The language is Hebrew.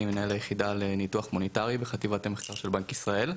אני מנהל היחידה לניתוח מוניטרי בחטיבת המחקר של בנק ישראל,